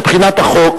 מבחינת החוק,